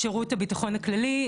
שירות הבטחון הכללי,